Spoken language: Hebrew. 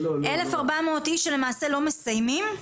1,400 איש למעשה לא מסיימים?